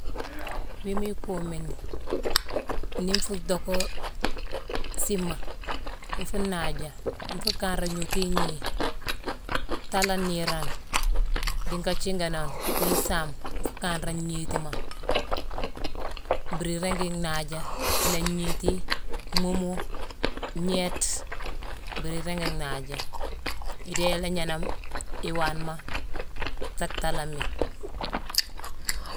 Wiima ikuumi ni, nii nfuu dhocka siima, nfuu naaja, nfuu kanré ignootu ignii taalane niirane dii nka thiinganane ni isaame, nfuu kanra ngniitima mbiri iringi nhaaja. Ila gniiti mhuumu, gnééte, mbiri iringi nhaaja. Idéé ila gnééname iwaanema sa taalammi.